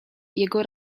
jego